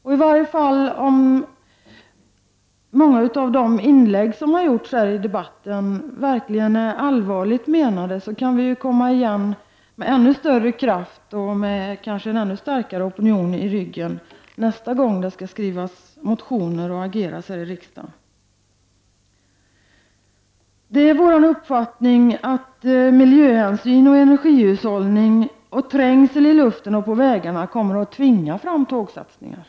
Om många av de inlägg som har gjorts här i debatten verkligen är allvarligt menade, kan vi i varje fall komma igen med ännu större kraft och med en ännu starkare opinion i ryggen nästa gång det blir dags att skriva motioner och agera här i riksdagen. Det är vår uppfattning att såväl miljöhänsyn och energihushållning som trängsel i luften och på vägarna kommer att tvinga fram tågsatsningar.